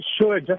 Sure